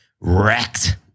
wrecked